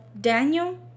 Daniel